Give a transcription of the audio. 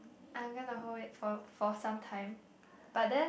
I'm gonna hold it for for some time but then